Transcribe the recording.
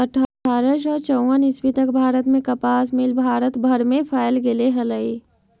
अट्ठारह सौ चौवन ईस्वी तक भारत में कपास मिल भारत भर में फैल गेले हलई